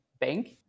bank